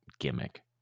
gimmick